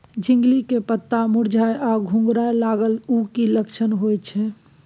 झिंगली के पत्ता मुरझाय आ घुघरीया लागल उ कि लक्षण होय छै?